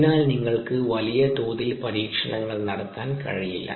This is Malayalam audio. അതിനാൽ നിങ്ങൾക്ക് വലിയ തോതിൽ പരീക്ഷണങ്ങൾ നടത്താൻ കഴിയില്ല